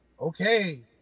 okay